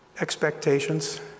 expectations